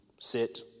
sit